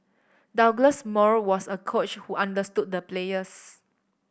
Douglas Moore was a coach who understood the players